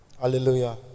Hallelujah